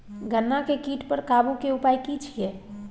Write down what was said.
गन्ना के कीट पर काबू के उपाय की छिये?